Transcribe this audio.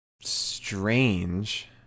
strange